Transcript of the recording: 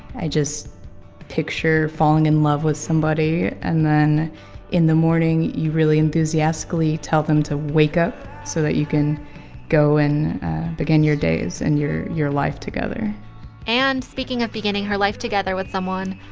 i just picture falling in love with somebody. and then in the morning, you really enthusiastically tell them to wake up so that you can go and begin your days and your your life together and speaking of beginning her life together with someone,